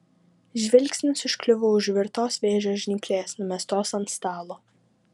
žvilgsnis užkliuvo už virtos vėžio žnyplės numestos ant stalo